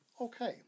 Okay